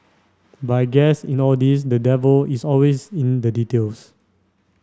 but I guess in all this the devil is always in the details